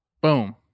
boom